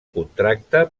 contracte